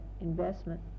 investment